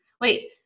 wait